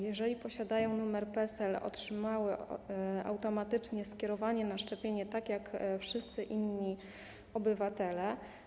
Jeżeli posiadają numer PESEL, otrzymały automatyczne skierowanie na szczepienie tak jak wszyscy inni obywatele.